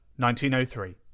1903